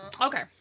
okay